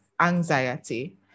anxiety